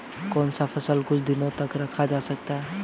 कौन सा फल कुछ दिनों तक रखा जा सकता है?